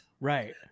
Right